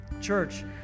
Church